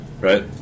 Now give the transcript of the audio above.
right